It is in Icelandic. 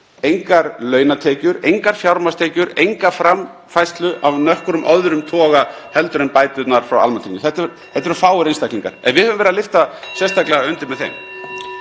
engar launatekjur, engar fjármagnstekjur, enga framfærslu af nokkrum öðrum toga (Forseti hringir.) heldur en bæturnar frá almannatryggingum. Þetta eru fáir einstaklingar en við höfum verið að lyfta sérstaklega undir með þeim.